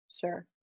sure